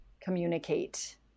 communicate